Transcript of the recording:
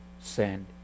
send